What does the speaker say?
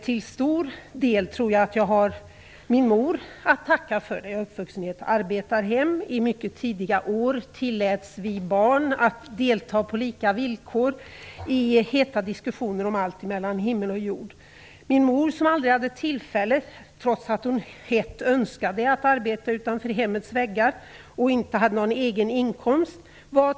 Till stor del har jag nog min mor att tacka för det. Jag är uppvuxen i ett arbetarhem. I mycket tidiga år tilläts vi barn att delta på lika villkor i heta diskussioner om allt mellan himmel och jord. Min mor hade aldrig tillfälle att arbeta utanför hemmets väggar, trots att hon hett önskade det, och hon hade aldrig en egen inkomst.